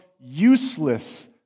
useless